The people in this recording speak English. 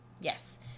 Yes